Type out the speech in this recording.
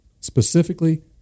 Specifically